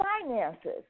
finances